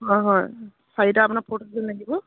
হয় হয় চাৰিটা আপোনাক ফ'ৰ থাউজেণ্ড লাগিব